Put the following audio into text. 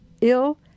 ill